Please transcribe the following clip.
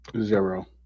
Zero